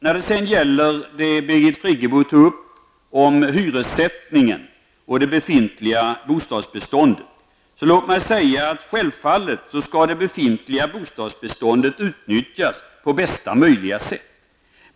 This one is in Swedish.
När det sedan det gäller det Birgit Friggebo tog upp om hyressättningen och det befintliga bostadsbeståndet skall självfallet det befintliga bostadsbeståndet utnyttjas på bästa möjliga sätt.